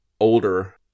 older